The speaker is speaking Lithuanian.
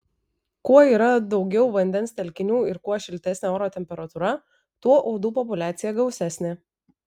kuo yra daugiau vandens telkinių ir kuo šiltesnė oro temperatūra tuo uodų populiacija gausesnė